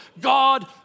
God